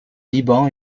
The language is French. liban